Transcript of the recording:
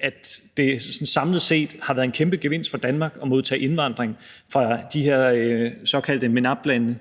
at det samlet set har været en kæmpe gevinst for Danmark at modtage indvandrere fra de her såkaldte MENAP-lande, altså de 24 lande